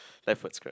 left was correct